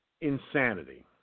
insanity